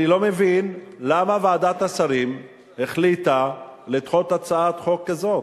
אני לא מבין למה ועדת השרים החליטה לדחות הצעת חוק כזו.